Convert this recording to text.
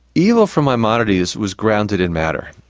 evil for maimonides was grounded in matter.